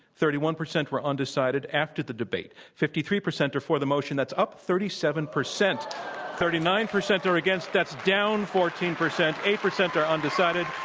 thirty one percent were undecided. after the debate, fifty three percent are for the motion, that's up thirty seven percent thirty nine percent are against, that's down fourteen percent, eight percent are undecided.